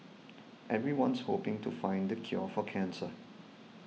everyone's hoping to find the cure for cancer